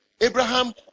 Abraham